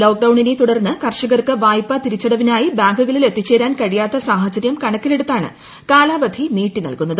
lock ഡൌണിനെ തുടർന്ന് കർഷകർക്ക് വായ്പൂർത്തീരിച്ചടവിനായി ബാങ്കുകളിൽ എത്തിച്ചേരാൻ കഴിയാത്ത് സ്റ്റ്ഗ്ഗാഹചര്യം കണക്കിലെടുത്താണ് കാലാവധി നീട്ടീഏൽകുന്നത്